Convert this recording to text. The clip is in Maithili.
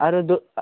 आरो दो आ